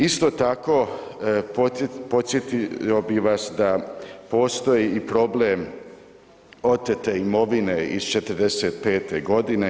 Isto tako podsjetio bih vas da postoji i problem otete imovine iz '45. godine.